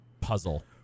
puzzle